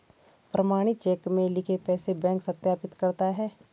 प्रमाणित चेक में लिखे पैसे बैंक सत्यापित करता है